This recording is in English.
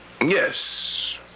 Yes